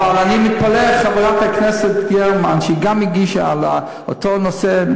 אבל אני מתפלא על חברת הכנסת גרמן שגם היא הגישה שאילתה על אותו נושא.